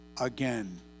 again